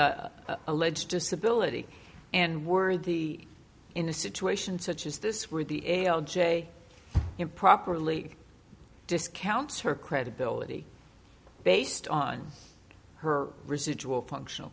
alleged disability and worthy in a situation such as this where the a o j it properly discounts her credibility based on her residual functional